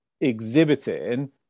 exhibiting